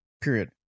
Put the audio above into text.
period